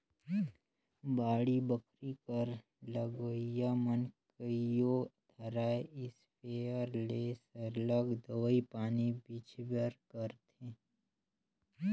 बाड़ी बखरी कर लगोइया मन कइयो धाएर इस्पेयर ले सरलग दवई पानी छींचबे करथंे